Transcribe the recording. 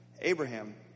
Abraham